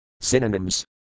Synonyms